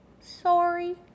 sorry